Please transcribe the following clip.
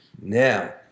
Now